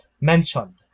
mentioned